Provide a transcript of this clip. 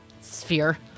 Sphere